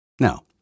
Now